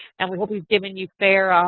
and we hope we've given you fair ah